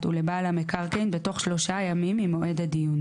ולבעל המקרקעין בתוך שלושה ימים ממועד הדיון."